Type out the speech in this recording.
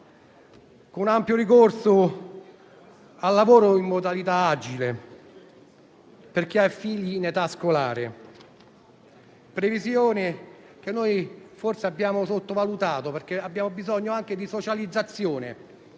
un ampio ricorso al lavoro in modalità agile per chi ha figli in età scolare, previsione che forse abbiamo sottovalutato, perché abbiamo bisogno anche di socializzazione,